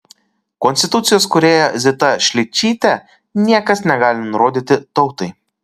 konstitucijos kūrėja zita šličytė niekas negali nurodyti tautai